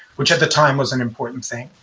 which at the time was an important thing.